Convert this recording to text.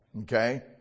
okay